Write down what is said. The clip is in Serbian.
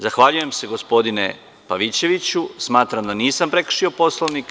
Zahvaljujem se gospodine Pavićeviću, smatram da nisam prekršio Poslovnik.